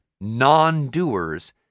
non-doers